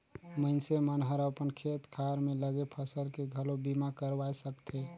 मइनसे मन हर अपन खेत खार में लगे फसल के घलो बीमा करवाये सकथे